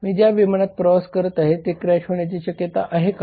मी ज्या विमानात प्रवास करत आहे ते क्रॅश होण्याची शक्यता आहे का